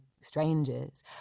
strangers